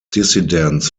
dissidents